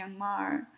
Myanmar